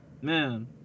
Man